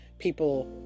people